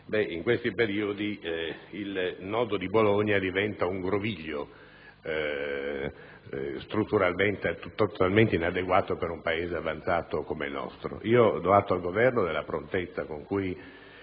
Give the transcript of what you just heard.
In questi periodi, il nodo di Bologna diventa un groviglio totalmente inadeguato per un Paese avanzato come il nostro. Do atto al Governo della prontezza con cui